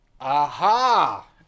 Aha